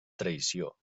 traïció